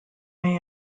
may